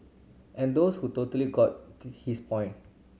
and those who totally got his point